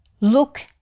Look